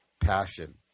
Passion